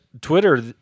Twitter